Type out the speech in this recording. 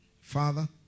Father